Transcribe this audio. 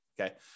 Okay